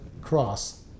cross